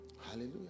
Hallelujah